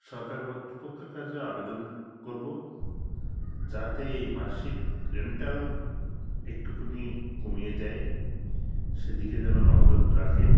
সরকার কর্তৃপক্ষের কাছে আবেদন করব যাতে এই মাসিক রেন্টাল একটুখানি কমিয়ে দেয় সে দিকে যেন নজর রাখে